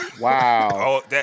Wow